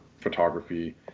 photography